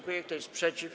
Kto jest przeciw?